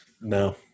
No